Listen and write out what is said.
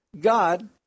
God